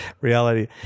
reality